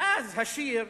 ואז השיר הוא: